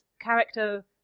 character